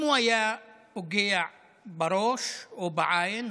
אם הוא היה פוגע בראש או בעין,